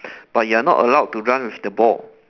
but you are not allowed to run with the ball